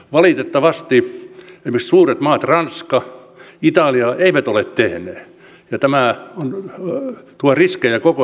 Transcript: valitettavasti esimerkiksi suuret maat ranska italia eivät ole tehneet ja tämä tuo riskejä koko euroalueelle